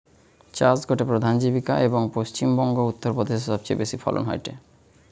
চাষ গটে প্রধান জীবিকা, এবং পশ্চিম বংগো, উত্তর প্রদেশে সবচেয়ে বেশি ফলন হয়টে